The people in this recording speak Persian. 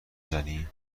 زنی